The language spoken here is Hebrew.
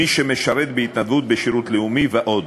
מי שמשרת בהתנדבות בשירות לאומי ועוד.